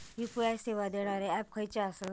UPI सेवा देणारे app खयचे आसत?